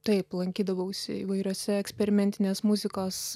taip lankydavausi įvairiuose eksperimentinės muzikos